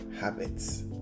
habits